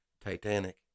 Titanic